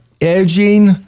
edging